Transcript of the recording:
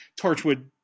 Torchwood